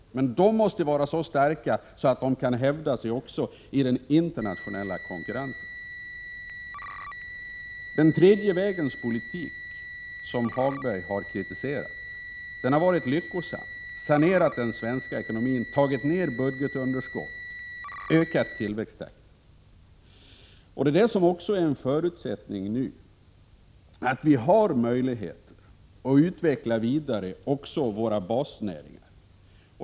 Men de måste vara så starka att de kan hävda sig också i den internationella konkurrensen. Den tredje vägens politik, som Lars-Ove Hagberg har kritiserat, har varit lyckosam. Den har sanerat den svenska ekonomin, tagit ner budgetunderskottet och ökat tillväxttakten. Det ger nu en förutsättning, att vi har möjlighet att vidareutveckla våra basnäringar.